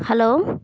hello